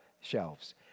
shelves